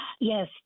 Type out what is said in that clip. Yes